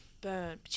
Burn